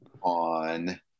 on